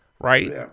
right